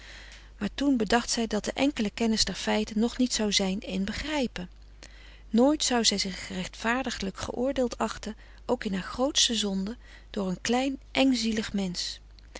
maar toen bedacht zij dat de enkele kennis der feiten nog niet zou zijn een begrijpen nooit zou zij zich rechtvaardiglijk geoordeeld achten ook in haar grootste zonden door een klein engzielig mensch